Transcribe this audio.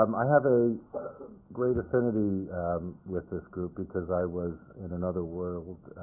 um i have a great affinity with this group because i was, in another world,